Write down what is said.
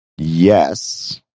Yes